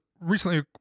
recently